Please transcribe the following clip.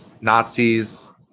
Nazis